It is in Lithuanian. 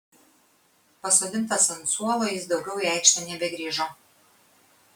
pasodintas ant suolo jis daugiau į aikštę nebegrįžo